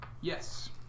Yes